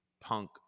Punk